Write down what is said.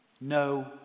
No